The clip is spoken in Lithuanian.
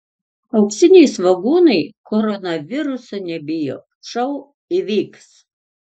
auksiniai svogūnai koronaviruso nebijo šou įvyks